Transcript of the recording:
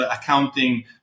accounting